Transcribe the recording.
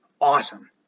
awesome